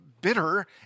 bitter